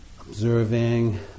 observing